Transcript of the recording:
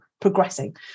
progressing